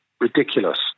Ridiculous